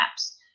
apps